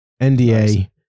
NDA